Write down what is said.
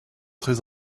très